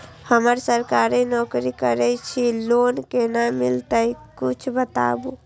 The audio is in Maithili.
हम सरकारी नौकरी करै छी लोन केना मिलते कीछ बताबु?